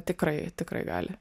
tikrai tikrai gali